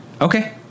Okay